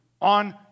on